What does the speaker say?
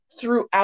throughout